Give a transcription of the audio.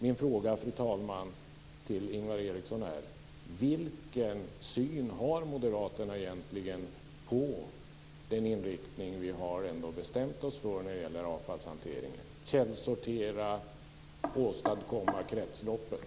Min fråga, fru talman, till Ingvar Eriksson är: Vilken syn har moderaterna egentligen på den inriktning vi ändå har bestämt oss för när det gäller avfallshanteringen - källsortera, åstadkomma kretsloppet?